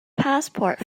passport